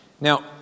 Now